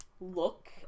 look